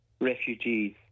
refugees